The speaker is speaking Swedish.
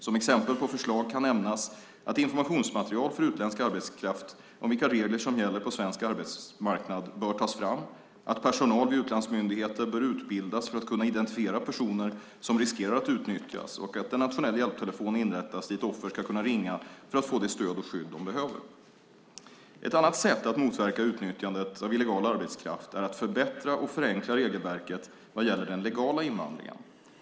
Som exempel på förslag kan nämnas att informationsmaterial för utländsk arbetskraft om vilka regler som gäller på svensk arbetsmarknad bör tas fram, att personal vid utlandsmyndigheter bör utbildas för att kunna identifiera personer som riskerar att utnyttjas och att en nationell hjälptelefon inrättas dit offer ska kunna ringa för att få det stöd och skydd som de behöver. Ett annat sätt att motverka utnyttjandet av illegal arbetskraft är att förbättra och förenkla regelverket vad gäller den legala invandringen.